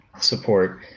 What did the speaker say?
support